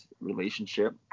relationship